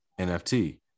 NFT